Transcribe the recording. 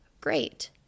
great